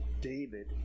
David